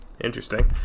Interesting